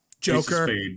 joker